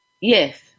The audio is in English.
yes